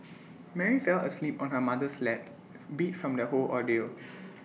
Mary fell asleep on her mother's lap beat from the whole ordeal